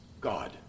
God